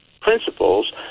principles